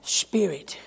spirit